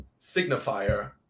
signifier